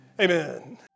amen